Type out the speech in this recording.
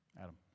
Adam